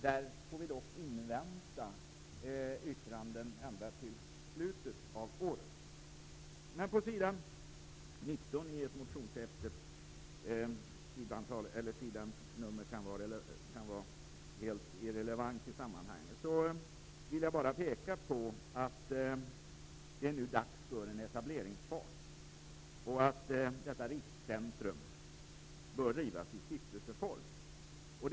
Där får vi dock invänta yttranden ända till slutet av året. Det är nu dags för en etableringsfas. Detta riskcentrum bör drivas i stiftelseform.